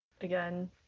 again